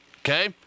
Okay